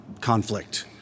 conflict